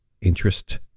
interest